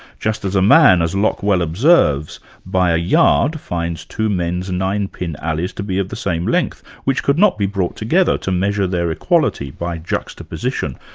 just as a man, as locke well observes, by a yard finds two men's ninepin alleys to be of the same length, which could not be brought together to measure their equality by juxtaposition.